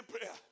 prayer